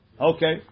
Okay